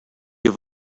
have